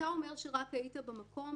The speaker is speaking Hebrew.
אתה אומר שרק היית במקום,